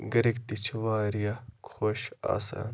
گَرِکۍ تہِ چھِ واریاہ خۄش آسان